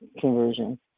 conversion